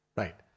right